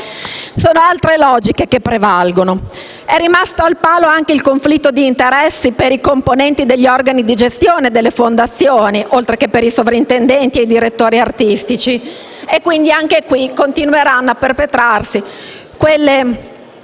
sono altre le logiche che prevalgono. È rimasto al palo anche il conflitto d'interesse per i componenti degli organi di gestione delle fondazioni, oltre che per i sovrintendenti e i direttori artistici. Quindi, anche qui continueranno a perpetrarsi quelle